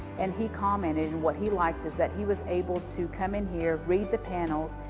and he commented, and what he liked was that he was able to come in here, read the panels,